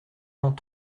vingt